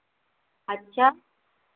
अच्छा